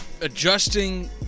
adjusting